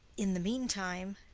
in the mean time,